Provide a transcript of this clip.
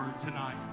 tonight